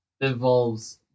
involves